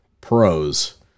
pros